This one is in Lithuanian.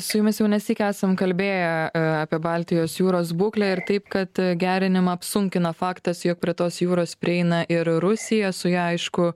su jumis jau nesyk esam kalbėję apie baltijos jūros būklę ir taip kad gerinimą apsunkina faktas jog prie tos jūros prieina ir rusija su ja aišku